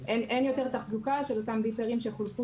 אין יותר תחזוקה של אותם ביפרים שחולקו